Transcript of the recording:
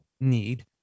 need